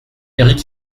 éric